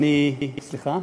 סליחה?